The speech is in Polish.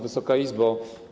Wysoka Izbo!